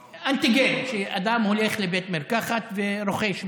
אנטיגן, שאדם הולך לבית מרקחת ורוכש בדיקה.